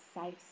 safe